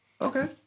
Okay